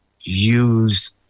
use